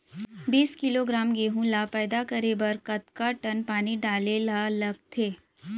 बीस किलोग्राम गेहूँ ल पैदा करे बर कतका टन पानी डाले ल लगथे?